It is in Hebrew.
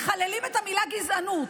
מחללים את המילה "גזענות".